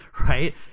right